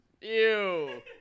ew